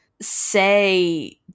say